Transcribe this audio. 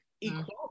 equality